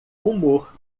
humor